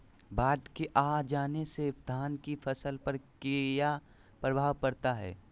बाढ़ के आ जाने से धान की फसल पर किया प्रभाव पड़ता है?